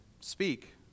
speak